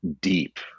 deep